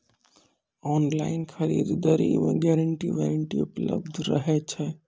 Online खरीद दरी मे गारंटी वारंटी उपलब्ध रहे छै?